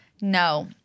No